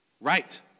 Right